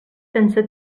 sense